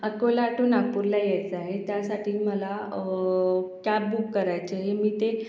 Akola to नागपूरला यायचं आहे त्यासाठीमला कॅब बुक करायची आहे मी ते